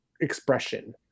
expression